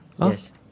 Yes